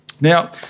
Now